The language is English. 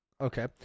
Okay